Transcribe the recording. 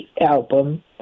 album